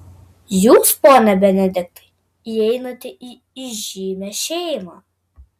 jūs pone benediktai įeinate į įžymią šeimą